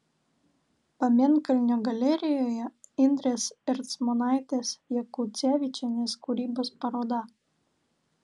pamėnkalnio galerijoje indrės ercmonaitės jakucevičienės kūrybos paroda